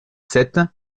sept